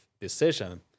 decision